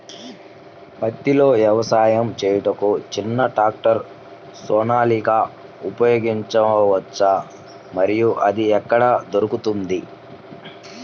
పత్తిలో వ్యవసాయము చేయుటకు చిన్న ట్రాక్టర్ సోనాలిక ఉపయోగించవచ్చా మరియు అది ఎక్కడ దొరుకుతుంది?